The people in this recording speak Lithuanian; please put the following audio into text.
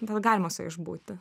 gal galima su ja išbūti